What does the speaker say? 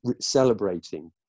celebrating